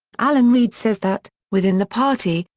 alan reid says that, within the party,